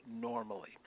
normally